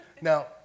Now